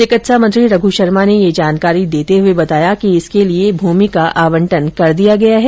चिकित्सा मंत्री रघ् शर्मा ने यह हो जानकारी देते हुए बताया कि इसके लिए भूमि का आंवटन कर दिया गया है